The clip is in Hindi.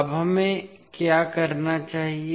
अब हमें क्या करना चाहिए